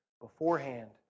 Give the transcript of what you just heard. beforehand